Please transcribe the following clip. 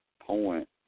point